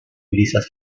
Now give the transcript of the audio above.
brisas